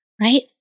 right